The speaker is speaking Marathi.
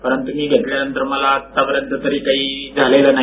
परंतू मी घेतल्यानंतर मला आत्तापर्यंत तरी काही झालेले नाही